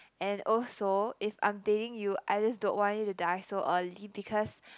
and also if I'm dating you I just don't want you to die so early because